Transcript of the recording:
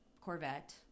Corvette